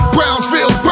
Brownsville